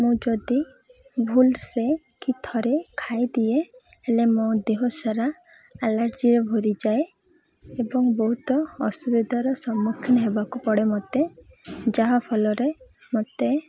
ମୁଁ ଯଦି ଭୁଲସେରେ କି ଥରେ ଖାଇଦିଏ ହେଲେ ମୋ ଦେହ ସାରା ଆଲାର୍ଜିରେ ଭରିଯାଏ ଏବଂ ବହୁତ ଅସୁବିଧାର ସମ୍ମୁଖୀନ ହେବାକୁ ପଡ଼େ ମୋତେ ଯାହାଫଲରେ ମୋତେ